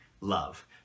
love